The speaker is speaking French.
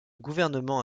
gouvernement